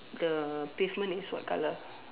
the pavement is what colour